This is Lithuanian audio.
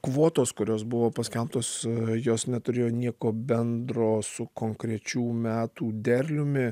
kvotos kurios buvo paskelbtos jos neturėjo nieko bendro su konkrečių metų derliumi